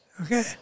Okay